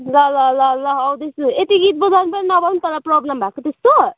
ल ल ल ल आउँदैछु यति गीत पनि बजाउनु नपाउने तँलाई प्रब्लम भएको त्यस्तो